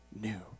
new